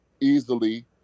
easily